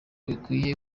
bikwiye